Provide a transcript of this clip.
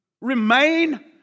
Remain